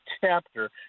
chapter